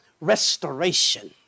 restoration